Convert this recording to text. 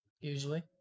usually